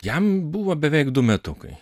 jam buvo beveik du metukai